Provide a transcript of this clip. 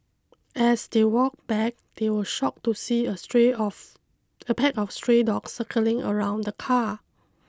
as they walked back they were shocked to see a stray of a pack of stray dogs circling around the car